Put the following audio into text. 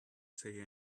say